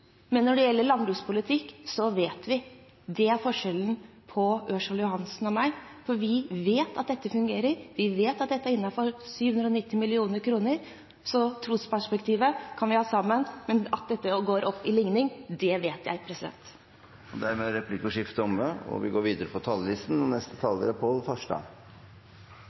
Det er forskjellen på representanten Ørsal Johansen og meg: Vi vet at dette fungerer, vi vet at dette er innenfor 790 mill. kr. Trosperspektivet kan vi ha sammen, men at denne ligningen går opp, vet jeg. Replikkordskiftet er omme. Jordbrukets forhandlingsrett, som er